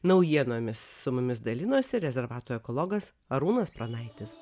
naujienomis su mumis dalinosi rezervato ekologas arūnas pranaitis